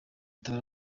tabara